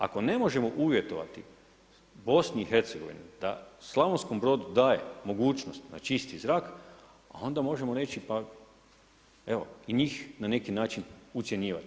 Ako ne možemo uvjetovati BiH da Slavonskom Brodu daje mogućnost na čisti zrak, onda možemo reći pa evo i njih na neki način ucjenjivati.